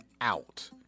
out—